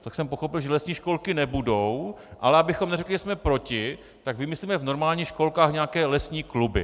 Tak jsem pochopil, že lesní školky nebudou, ale abychom neřekli, že jsme proti, tak vymyslíme v normálních školkách nějaké lesní kluby.